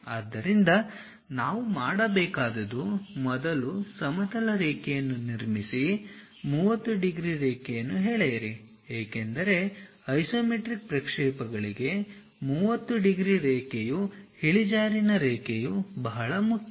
ಆದ್ದರಿಂದ ನಾವು ಮಾಡಬೇಕಾದುದು ಮೊದಲು ಸಮತಲ ರೇಖೆಯನ್ನು ನಿರ್ಮಿಸಿ 30 ಡಿಗ್ರಿ ರೇಖೆಯನ್ನು ಎಳೆಯಿರಿ ಏಕೆಂದರೆ ಐಸೊಮೆಟ್ರಿಕ್ ಪ್ರಕ್ಷೇಪಗಳಿಗೆ 30 ಡಿಗ್ರಿ ರೇಖೆಯು ಇಳಿಜಾರಿನ ರೇಖೆಯು ಬಹಳ ಮುಖ್ಯ